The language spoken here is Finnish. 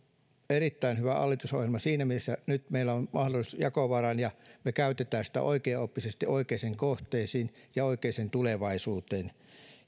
erittäin hyvä hallitusohjelma siinä mielessä että nyt meillä on mahdollisuus jakovaraan ja me käytämme sitä oikeaoppisesti ja oikeisiin kohteisiin ja oikeaan tulevaisuuteen